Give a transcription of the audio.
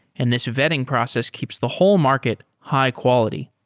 and this vetting process keeps the whole market high-quality.